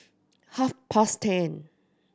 half past ten